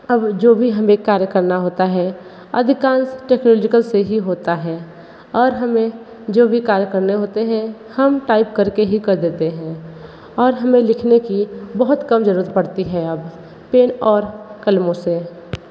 अब जो भी हमें कार्य करना होता है अधिकांश टेक्नोलॉजिकल से ही होता है और हमें जो भी कार्य करने होते हैं हम टाइप करके ही कर देते हैं और हमें लिखने की बहुत कम ज़रूरत पड़ती है अब पेन और कलमों से